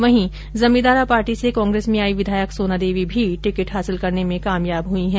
वहीं जमीदारां पार्टी से कांग्रेस में आई विधायक सोना देवी भी टिकिट हासिल करने में कामयाब हुई है